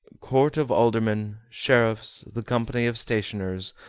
court of aldermen, sheriffs, the company of stationers,